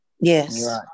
Yes